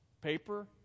Paper